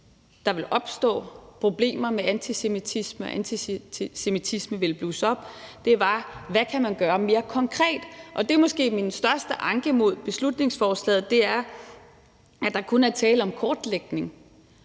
der ville opstå problemer med antisemitisme, og at antisemitismen ville blusse op – var, hvad man mere konkret kan gøre. Og det er måske min største anke mod beslutningsforslaget, altså at der kun er tale om en kortlægning,